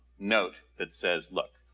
note that says look,